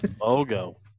Logo